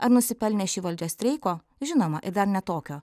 ar nusipelnė ši valdžia streiko žinoma ir dar ne tokio